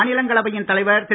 மாநிலங்கள் அவையின் தலைவர் திரு